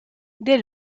dès